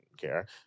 care